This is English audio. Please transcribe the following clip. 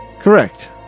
correct